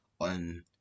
on